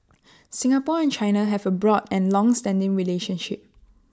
Singapore and China have A broad and longstanding relationship